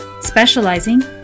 Specializing